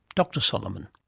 dr solomon.